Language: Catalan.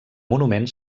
monument